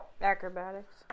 Acrobatics